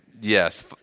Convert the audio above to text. yes